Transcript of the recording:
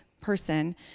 person